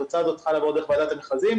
התוצאה הזאת צריכה לעבור דרך ועדת המכרזים.